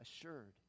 assured